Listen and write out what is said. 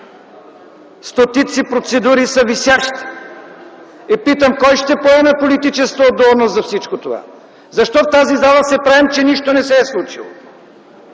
Стотици процедури са висящи. Питам: кой ще поеме политическата отговорност за всичко това? Защо в тази зала се правим, че нищо не се е случило?